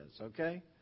okay